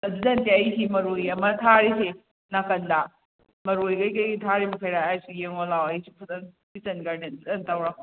ꯑꯗꯨꯗ ꯅꯠꯇꯦ ꯑꯩ ꯁꯤ ꯃꯔꯣꯏ ꯑꯃ ꯊꯥꯔꯤꯁꯦ ꯅꯥꯀꯟꯗ ꯃꯔꯣꯏ ꯀꯩꯀꯩ ꯊꯥꯔꯤ ꯃꯈꯩ ꯍꯥꯏꯁ ꯌꯦꯡꯎ ꯂꯥꯎ ꯑꯩꯁꯨ ꯐꯖꯅ ꯀꯤꯆꯟ ꯒꯥꯔꯗꯦꯟ ꯐꯖꯅ ꯇꯧꯔꯕꯅꯦ